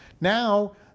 Now